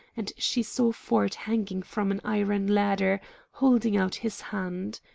and she saw ford hanging from an iron ladder holding out his hand.